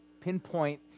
pinpoint